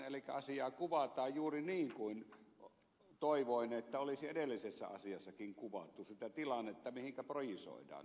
elikkä asiaa kuvataan juuri niin kuin toivoin että olisi edellistäkin asiaa kuvattu sitä tilannetta mihin nämä projisoidaan